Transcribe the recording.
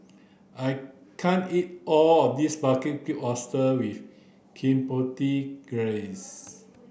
I can't eat all of this Barbecued Oysters with Chipotle Glaze